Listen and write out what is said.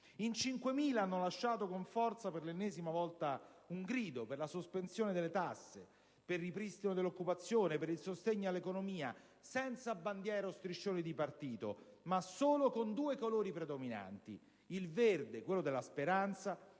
In 5.000 hanno lanciato con forza, per l'ennesima volta, un grido per la sospensione delle tasse, l'occupazione, il sostegno all'economia; senza bandiere o striscioni di partito, ma con solo due colori predominanti - il verde (della speranza)